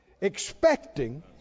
expecting